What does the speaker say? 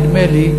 נדמה לי,